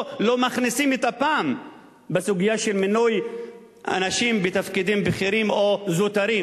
לא מכניסים את אפם בסוגיה של מינוי אנשים בתפקידים בכירים או זוטרים,